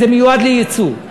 שזה מיועד ליצוא.